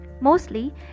Mostly